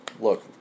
look